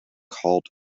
called